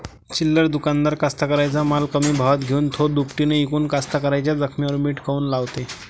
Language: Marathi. चिल्लर दुकानदार कास्तकाराइच्या माल कमी भावात घेऊन थो दुपटीनं इकून कास्तकाराइच्या जखमेवर मीठ काऊन लावते?